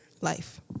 life